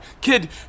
Kid